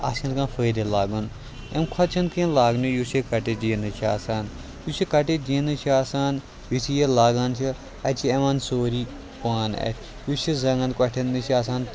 اَتھ چھُنہٕ کانٛہہ فٲیدٔے لاگُن اَمہِ کھۄتہٕ چھُنہٕ کیٚنٛہہ لاگنُے یُس یہِ کَٹِڈ جیٖنٕز چھُ آسان یُس یہِ کَٹِڈ جیٖنٕز چھُ آسان یُتھُے یہِ لاگان چھِ اَتہِ چھُ یِوان سورُے پان اَتھہِ یُس یہِ زنٛگَن کۄٹھیٚن نِش چھُ آسان